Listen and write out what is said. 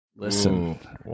Listen